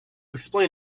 explain